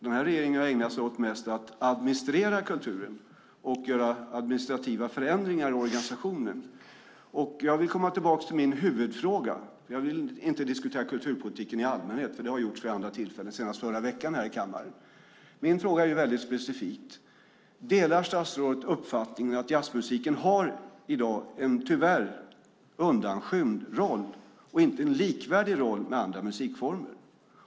Den här regeringen har mest ägnat sig åt att administrera kulturen och göra administrativa förändringar i organisationen. Jag vill komma tillbaka till min huvudfråga. Jag vill inte diskutera kulturpolitiken i allmänhet. Det har gjorts vid andra tillfällen, senast förra veckan här i kammaren. Min fråga är väldigt specifik. Delar statsrådet uppfattningen att jazzmusiken i dag har en, tyvärr, undanskymd roll och inte en likvärdig roll med andra musikformer?